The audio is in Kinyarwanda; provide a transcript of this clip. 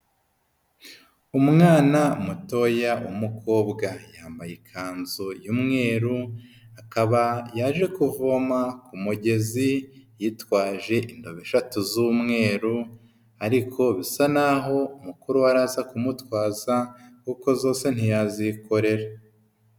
Umwana mutoya w'umukobwa, yambaye ikanzu y'umweru, akaba yaje kuvoma ku mugezi yitwaje indobo eshatu z'umweru, ariko bisa naho mukuru we araza kumutwaza kuko zose ntiyazikorera.